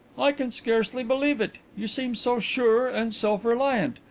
i can scarcely believe it. you seem so sure and self-reliant.